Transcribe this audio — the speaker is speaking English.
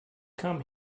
come